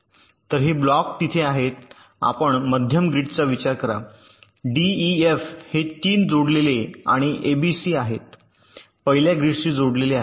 तर हे ब्लॉक तिथे आहेत आपण मध्यम ग्रीडचा विचार करा डी ई एफ हे 3 जोडलेले आणि एबीसी आहेत पहिल्या ग्रीडशी जोडलेले आहेत